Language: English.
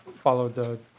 follow the